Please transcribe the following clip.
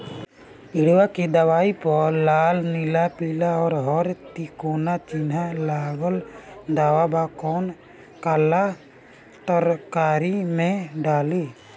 किड़वा के दवाईया प लाल नीला पीला और हर तिकोना चिनहा लगल दवाई बा कौन काला तरकारी मैं डाली?